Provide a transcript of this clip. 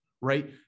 right